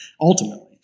ultimately